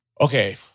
okay